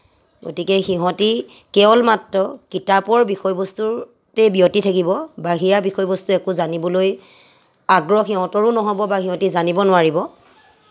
গতিকে সিহঁতে কেৱল মাত্ৰ কিতাপৰ বিষয় বস্তুতেই ব্যতি থাকিব বাহিৰা বিষয় বস্তু একো জানিবলৈ আগ্ৰহ সিহঁতৰো নহ'ব বা সিহঁতি জানিব নোৱাৰিব